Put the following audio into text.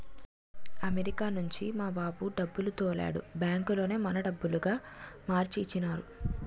America నుంచి మా బాబు డబ్బులు తోలాడు బ్యాంకులోనే మన డబ్బులుగా మార్చి ఇచ్చినారు